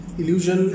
illusion